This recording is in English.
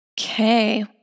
Okay